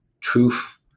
truth